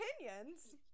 opinions